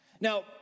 Now